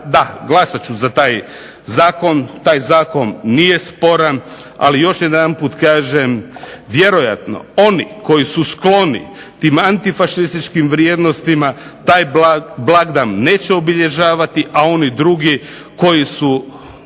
da, glasat ću za taj zakon, taj zakon nije sporan, ali još jedanput kažem vjerojatno oni koji su skloni tim antifašističkim vrijednostima taj blagdan neće obilježavati, a oni drugi koji su